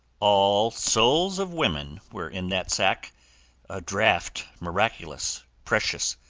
all souls of women were in that sack a draft miraculous, precious!